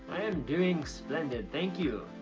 i am doing splended, thank you.